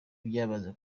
byamaze